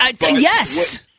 yes